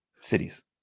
cities